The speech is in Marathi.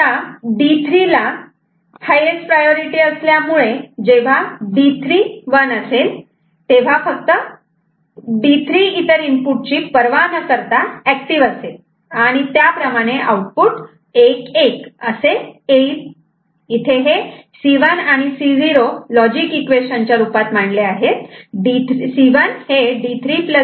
आता D3 ला हायेस्ट प्रायोरिटी असल्यामुळे जेव्हा D3 1 असेल तेव्हा फक्त D3 इतर इनपुट ची परवा न करता ऍक्टिव्ह असेल आणि त्याप्रमाणे आउटपुट 11 असे येईल